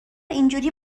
اینجوری